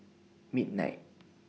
midnight